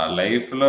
life